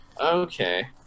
Okay